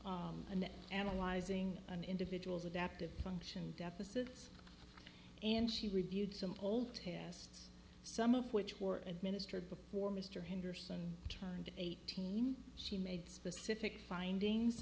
and analyzing an individual's adaptive function deficits and she reviewed some old tests some of which were and minister before mr henderson turned eighteen she made specific findings